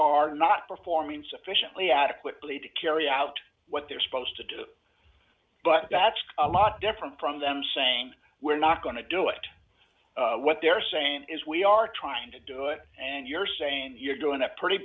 are not performing sufficiently adequately to carry out what they're supposed to do but that's a lot different from them saying we're not going to do it what they're saying is we are trying to do it and you're saying you're doing that pretty